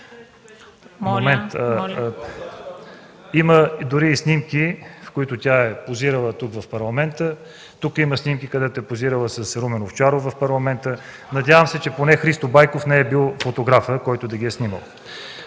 Момент. Има дори снимки, на които тя е позирала тук, в парламента. Има снимки, където тя е позирала с Румен Овчаров в парламента. Надявам се, че поне Христо Байков не е бил фотографът, който ги е снимал.